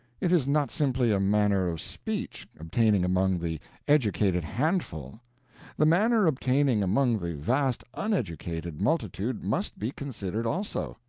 it is not simply a manner of speech obtaining among the educated handful the manner obtaining among the vast uneducated multitude must be considered also.